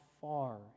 far